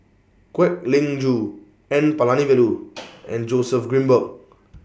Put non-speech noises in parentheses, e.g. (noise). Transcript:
Kwek Leng Joo N Palanivelu (noise) and Joseph Grimberg